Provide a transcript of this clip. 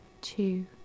two